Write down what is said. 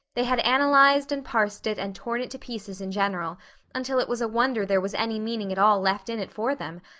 they had analyzed and parsed it and torn it to pieces in general until it was a wonder there was any meaning at all left in it for them,